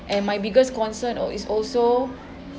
and my biggest concern al~ is also